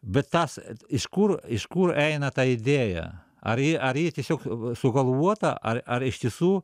bet tas iš kur iš kur eina ta idėja ar ji ar ji tiesiog sugalvota ar ar iš tiesų